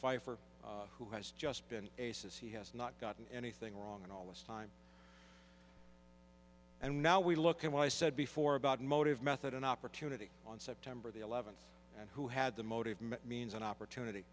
pfeiffer who has just been a says he has not gotten anything wrong in all this time and now we look at what i said before about motive method and opportunity on september the eleventh and who had the motive meant means an opportunity